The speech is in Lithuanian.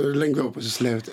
lengviau pasislėpti